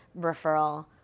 referral